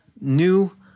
new